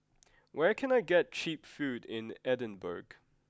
where can I get cheap food in Edinburgh